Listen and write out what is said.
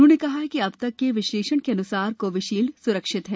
उन्होंने कहा कि अब तक के विश्लेषण के अन्सार कोविशील्ड स्रक्षित है